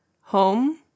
home